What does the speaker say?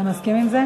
אתה מסכים עם זה?